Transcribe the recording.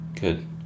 Good